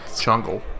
jungle